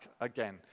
again